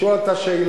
לשאול את השאלה,